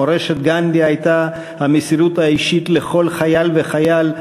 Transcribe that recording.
מורשת גנדי הייתה מסירות אישית לכל חייל וחייל,